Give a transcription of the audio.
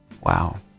Wow